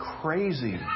crazy